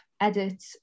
edit